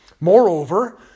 Moreover